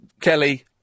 Kelly